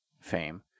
fame